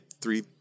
three